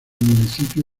municipio